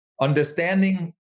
Understanding